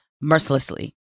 mercilessly